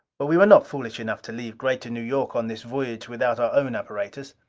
but we were not foolish enough to leave greater new york on this voyage without our own apparatus.